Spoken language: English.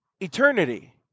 eternity